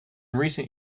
recent